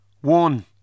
One